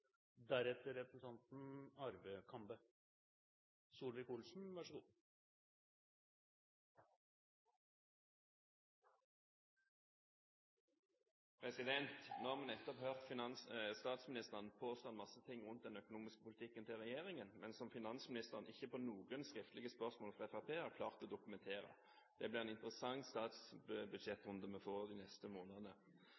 Nå har vi nettopp hørt statsministeren påstå en masse ting rundt den økonomiske politikken til regjeringen, men som finansministeren ikke på noen skriftlige spørsmål fra Fremskrittspartiet har klart å dokumentere. Det blir en interessant